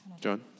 John